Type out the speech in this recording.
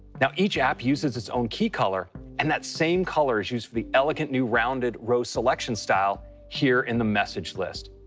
now, each app uses its own key color. and that same color is used for the elegant new rounded row selection style here in the message list.